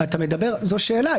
זו שאלה.